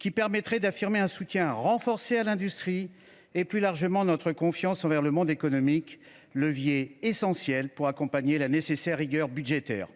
qui permettraient d’affirmer un soutien renforcé à l’industrie et, plus largement, notre confiance envers le monde économique, levier essentiel pour accompagner la nécessaire rigueur budgétaire.